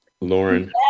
Lauren